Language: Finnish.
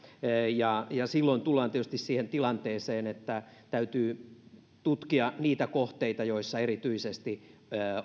silloin tullaan tietysti siihen tilanteeseen että täytyy tutkia niitä kohteita joissa erityisesti